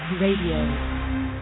Radio